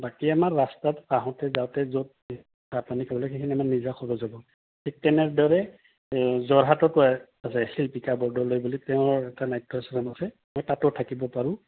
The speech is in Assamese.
বাকী আমাৰ ৰাস্তাত আহোঁতে যাওঁতে য'ত চাহ পানী চলে সেইখিনি আমাৰ নিজা খৰচ হ'ব ঠিক তেনেদৰে এই যোৰহাটতো আছে শিল্পিকা বৰদলৈ বুলি তেওঁৰ এটা নাট্যশ্ৰম আছে মই তাতো থাকিব পাৰোঁ